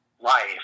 life